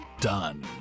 done